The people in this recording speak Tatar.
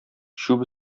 чүп